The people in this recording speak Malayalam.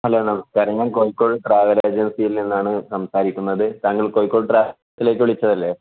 ഹലോ നമസ്കാരം ഞാൻ കോഴിക്കോട് ട്രാവൽ ഏജൻസിയിൽ നിന്നാണ് സംസാരിക്കുന്നത് താങ്കൾ കോഴിക്കോട് ട്രാവൽസിലേക്ക് വിളിച്ചതല്ലേ